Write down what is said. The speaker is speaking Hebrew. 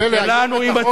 שלנו עם הציבור,